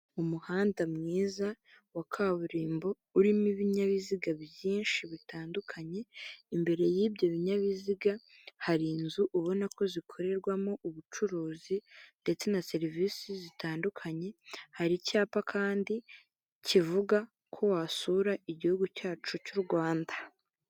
Umuhanda mwiza wa kaburimbo, urimo ibinyabiziga byinshi bitandukanye, imbere y'ibyo binyabiziga hari inzu ubona ko zikorerwamo ubucuruzi ndetse na serivisi zitandukanye, hari icyapa kandi kivuga ko wasura igihugu cyacu cy'u Rwanda.